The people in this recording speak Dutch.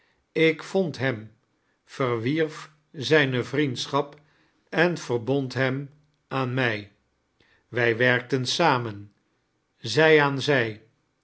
ik vond hem verwierf zijne vriendsc'hap en verbond hem kerstvertellingen aan mij wij werkiten samen zij aan zij